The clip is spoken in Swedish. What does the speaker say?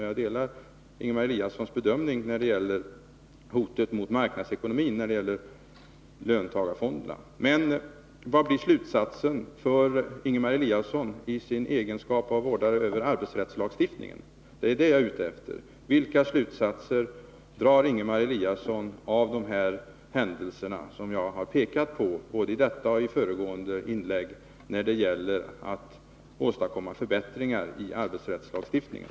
Jag delar Ingemar Eliassons bedömning av hotet mot marknadsekonomin när det gäller löntagarfonderna. Men vilken blir slutsatsen för Ingemar Eliasson i sin egenskap av vårdare av arbetsrättslagstiftningen? Det är ett svar på den frågan jag är ute efter. Vilka slutsatser drar Ingemar Eliasson av de händelser som jag har pekat på både i detta och i föregående inlägg när det gäller att åstadkomma förbättringar i arbetsrättslagstiftningen?